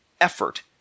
effort